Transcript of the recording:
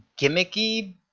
gimmicky